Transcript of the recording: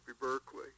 Berkeley